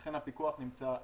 לכן הפיקוח נמצא אצלנו.